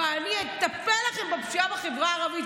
ואני אטפל לכם בפשיעה בחברה הערבית,